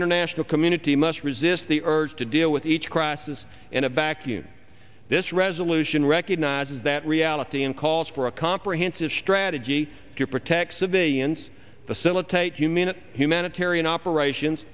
international community must resist the urge to deal with each crisis in a vacuum this resolution recognizes that reality and calls for a comprehensive strategy to protect civilians facilitate you minute humanitarian operations